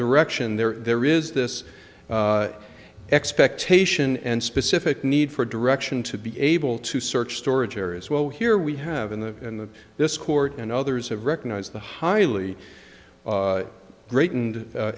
direction there there is this expectation and specific need for direction to be able to search storage areas well here we have in the in the this court and others have recognized the highly great and